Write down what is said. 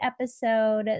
episode